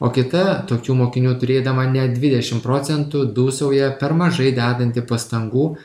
o kita tokių mokinių turėdama net dvidešim procentų dūsauja per mažai dedanti pastangų